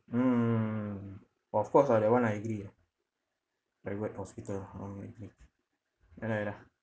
mm of course lah that one I agree ah private hospital orh ya lah ya lah